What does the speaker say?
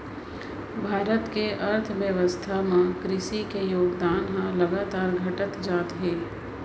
भारत के अर्थबेवस्था म कृसि के योगदान ह लगातार घटत जात हे